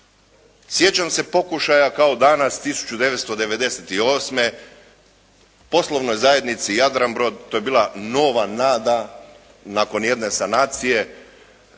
Sjećam se pokušaja kao danas 1998. poslovnoj zajednici "Jadranbrod" to je bila nova nada nakon jedne sanacije,